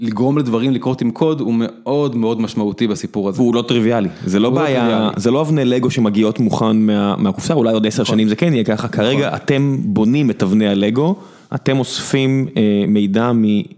לגרום לדברים לקרות עם קוד, הוא מאוד מאוד משמעותי בסיפור הזה. והוא לא טריוויאלי. זה לא בעיה, זה לא אבני לגו שמגיעות מוכן מהקופסא, אולי עוד עשר שנים זה כן יהיה ככה, כרגע אתם בונים את אבני הלגו, אתם אוספים מידע מ...